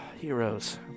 Heroes